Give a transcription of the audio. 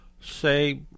say